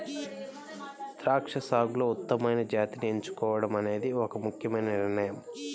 ద్రాక్ష సాగులో ఉత్తమమైన జాతిని ఎంచుకోవడం అనేది ఒక ముఖ్యమైన నిర్ణయం